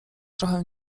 trochę